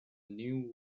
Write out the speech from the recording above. new